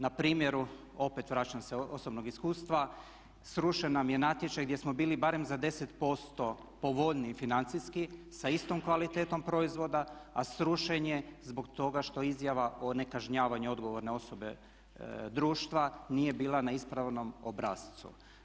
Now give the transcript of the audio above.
Na primjeru, opet vraćam se osobnom iskustvu, srušena nam je natječaj gdje smo bili barem za 10% povoljniji financijski sa istom kvalitetom proizvoda a srušen je zbog toga što izjava o nekažnjavanju odgovorne osobe društva nije bila na ispravnom obrascu.